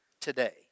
today